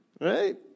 Right